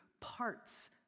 parts